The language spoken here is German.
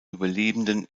überlebenden